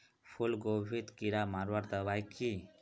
फूलगोभीत कीड़ा मारवार दबाई की?